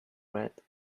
red